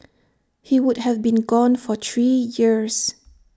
he would have been gone for three years